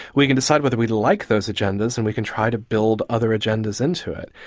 we can decide whether we like those agendas and we can try to build other agendas into it.